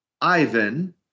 Ivan